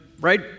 right